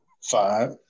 five